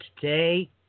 today